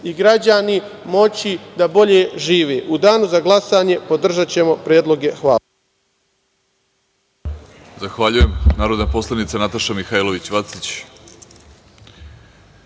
i građani moći da bolje žive.U danu za glasanje podržaćemo predloge. Hvala.